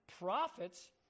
prophets